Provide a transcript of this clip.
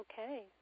Okay